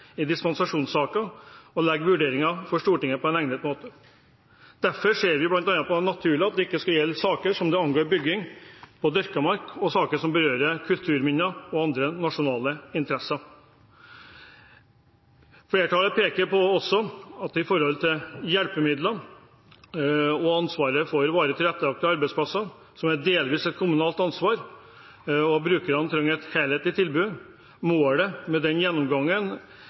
i dispensasjonssaker, og legge vurderingen fram for Stortinget på egnet måte. Flertallet ser det bl.a. som naturlig at dette ikke skal gjelde saker der det angår bygging i dyrket mark og saker som berører kulturminner og andre nasjonale interesser. Flertallet peker også på at ansvaret for hjelpemidler og varig tilrettelagte arbeidsplasser allerede delvis er et kommunalt ansvar, og brukerne trenger et helhetlig tilbud. Målet